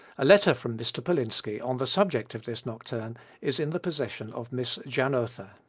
a letter from mr. polinski on the subject of this nocturne is in the possession of miss janotha.